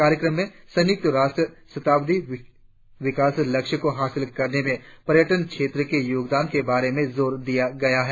कार्यक्रम में संयुक्त राष्ट्र शताब्दी विकास लक्ष्य को हासिल करने में पर्यटन क्षेत्र के योगदान के बारे में जोर दिया गया है